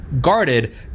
Guarded